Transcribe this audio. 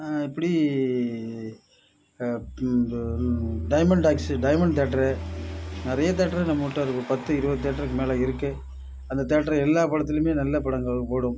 இப்படி diamond talkies diamond theatre நிறைய theatre நம்ம கிட்டே இருக்குது பத்து இருபது தேட்ருக்கு மேலே இருக்குது அந்த தேட்ரில் எல்லா படத்துலேயுமே நல்ல படங்கள் ஓடும்